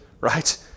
right